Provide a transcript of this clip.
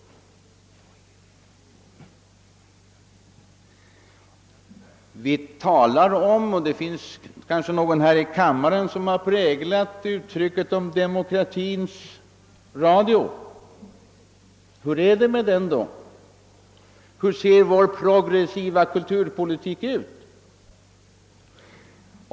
Vi talar om och det finns kanske någon här i kammaren som först har präglat uttrycket »demokratins radio». Hur är det då med detta? Hur ser vår progressiva kulturpolitik ut?